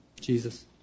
Jesus